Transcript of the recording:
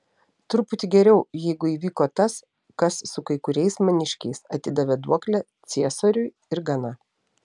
truputį geriau jeigu įvyko tas kas su kai kuriais maniškiais atidavė duoklę ciesoriui ir gana